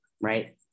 right